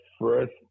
first